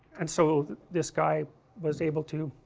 and so this guy was able to